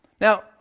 Now